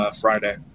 Friday